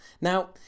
Now